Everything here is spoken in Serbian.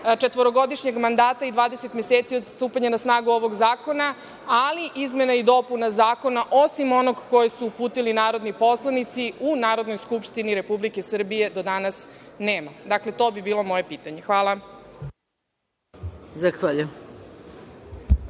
četvorogodišnjeg mandata i 20 meseci od stupanja na snagu ovog zakona ali izmena i dopuna zakona, osim onih koje su uputili narodni poslanici u Narodnoj skupštini Republike Srbije, do danas nema. Dakle to bi bilo moje pitanje. Hvala. **Maja